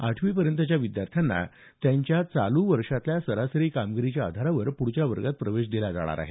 आठवीपर्यंतच्या विद्यार्थ्यांना त्यांच्या चालू वर्षातल्या सरासरी कामगिरीच्या आधारावर प्ढच्या वर्गात प्रवेश दिला जाणार आहे